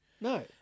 No